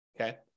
okay